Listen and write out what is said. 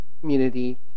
community